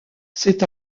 c’est